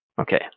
okay